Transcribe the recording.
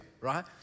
right